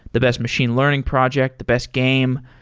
the best machine learning project, the best game.